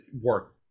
work